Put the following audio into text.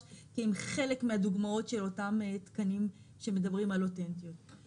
אלה סכומים חסרי תקדים ביחס לכל רפורמה אחרת שנעשית